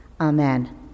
Amen